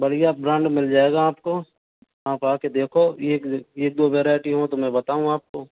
बढ़िया ब्रांड मिल जाएगा आपको हाँ बाकी देखो एक दो वराइइटी हो तो मैं बताऊं आपको